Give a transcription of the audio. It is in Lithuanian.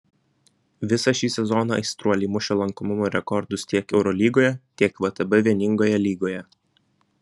visą šį sezoną aistruoliai mušė lankomumo rekordus tiek eurolygoje tiek vtb vieningoje lygoje